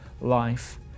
life